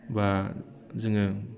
बा जोङो